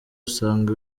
usanga